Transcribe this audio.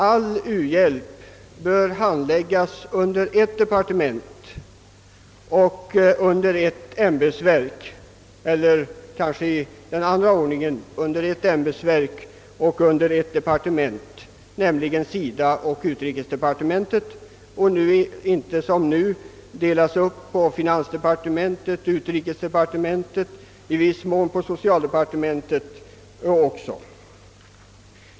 All u-hjälp bör handläggas under ett ämbetsverk och ett departement, nämligen SIDA och utrikesdepartementet, och inte som nu delas upp på finansdepartementet, utrikesdepartementet och i viss mån socialdepartementet.